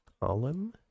column